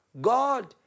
God